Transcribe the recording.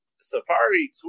Safari